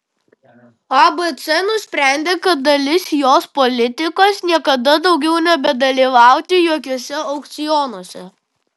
abc nusprendė kad dalis jos politikos niekada daugiau nebedalyvauti jokiuose aukcionuose